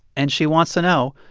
and she wants to know,